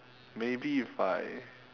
maybe if I